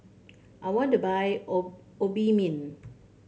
I want to buy O Obimin